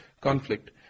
conflict